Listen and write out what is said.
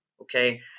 Okay